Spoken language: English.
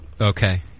Okay